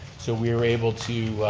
so we are able to,